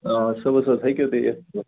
آ صُبحس حظ ہیٚکِو تُہۍ یِتھ یوٚت